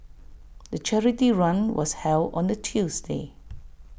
the charity run was held on A Tuesday